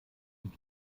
und